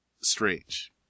strange